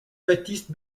baptiste